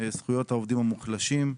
זכויות העובדים המוחלשים.